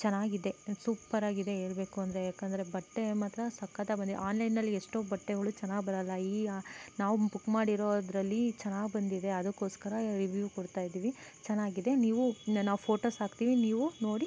ಚೆನ್ನಾಗಿದೆ ಸೂಪ್ಪರಾಗಿದೆ ಹೇಳ್ಬೇಕು ಅಂದರೆ ಯಾಕಂದರೆ ಬಟ್ಟೆ ಮಾತ್ರ ಸಕ್ಕತ್ತಾಗಿ ಬಂದಿದೆ ಆನ್ಲೈನಲ್ಲಿ ಎಷ್ಟೋ ಬಟ್ಟೆಗಳು ಚೆನ್ನಾಗಿ ಬರೋಲ್ಲ ಈ ನಾವು ಬುಕ್ ಮಾಡಿರೋದರಲ್ಲಿ ಚೆನ್ನಾಗಿ ಬಂದಿದೆ ಅದಕ್ಕೋಸ್ಕರ ರಿವೀವ್ ಕೊಡ್ತಾ ಇದ್ದೀವಿ ಚೆನ್ನಾಗಿದೆ ನೀವು ನಾವು ಫೋಟೋಸ್ ಹಾಕ್ತೀವಿ ನೀವು ನೋಡಿ